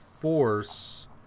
force